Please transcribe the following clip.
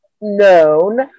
known